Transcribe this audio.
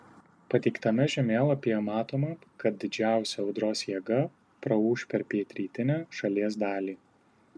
pateiktame žemėlapyje matoma kad didžiausia audros jėga praūš per pietrytinę šalies dalį